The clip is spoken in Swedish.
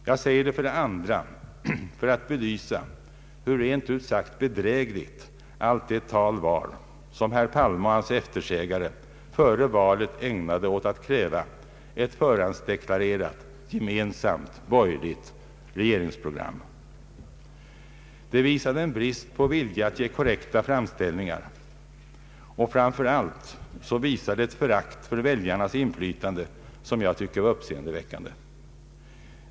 Jag säger det för det andra för att belysa hur rent ut sagt bedrägligt allt det tal var, som herr Palme och hans eftersägare före valet ägnade åt att kräva ett förhandsdeklarerat, gemensamt, borgerligt regeringsprogram. Det visade en brist på vilja att ge korrekta framställningar, och det visade framför allt ett förakt för väljarnas inflytande, som jag tycker var uppseendeväckande.